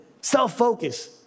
self-focus